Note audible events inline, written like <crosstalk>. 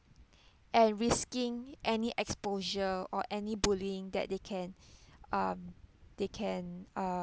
and risking any exposure or any bullying that they can <breath> um they can uh